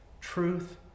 truth